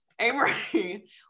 Amory